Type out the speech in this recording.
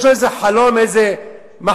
יש לו איזה חלום, איזו מחשבה,